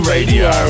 Radio